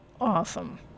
Awesome